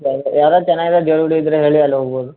ಯ ಯಾದಾರೂ ಚೆನ್ನಾಗಿರೋ ದೇವ್ರ ಗುಡಿ ಇದ್ದರೆ ಹೇಳಿ ಅಲ್ಲಿ ಹೋಗ್ಬೋದು